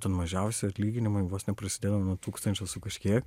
ten mažiausi atlyginimai vos neprasidėjo nuo tūkstančio su kažkiek